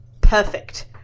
perfect